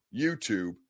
YouTube